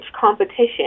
competition